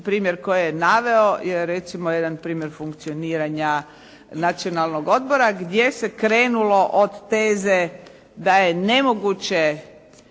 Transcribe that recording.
primjer koji je naveo je recimo jedan primjer funkcioniranja Nacionalnog odbora gdje se krenulo od teze da je nemoguće